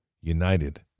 United